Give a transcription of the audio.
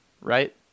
Right